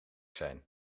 zijn